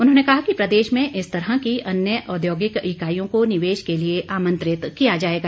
उन्होंने कहा कि प्रदेश में इस तरह की अन्य औद्योगिक इकाईयों को निवेश के लिए आमंत्रित किया जाएगा